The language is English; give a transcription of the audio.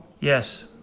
Yes